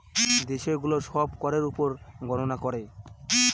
দেশে গুলো সব করের উপর গননা করে